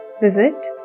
visit